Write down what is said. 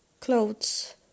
clothes